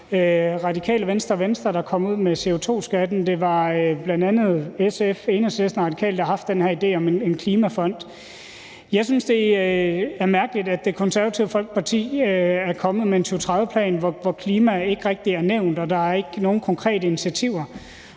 Radikale Venstre og Venstre, der kom ud med CO2-skatten, og det er bl.a. SF, Enhedslisten og Radikale, der har haft den her idé om en klimafond. Jeg synes, det er mærkeligt, at Det Konservative Folkeparti er kommet med en 2030-plan, hvor klimaet ikke rigtig er nævnt og der ikke er nogen konkrete initiativer,